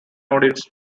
audience